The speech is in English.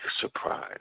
surprise